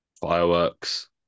fireworks